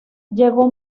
llegó